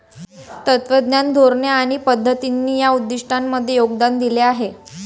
तत्त्वज्ञान, धोरणे आणि पद्धतींनी या उद्दिष्टांमध्ये योगदान दिले आहे